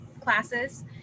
classes